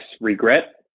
regret